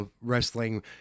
wrestling